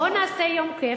בוא נעשה יום כיף,